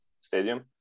stadium